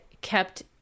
kept